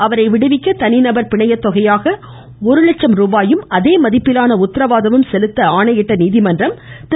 அவரை விடுவிக்க தனி நபர் பிணையத்தொகையாக அவர் ஒருலட்சம் ரூபாயும் அதே மதிப்பிலான உத்தரவாதமும் செலுத்த ஆணையிட்ட நீதிமன்றம் திரு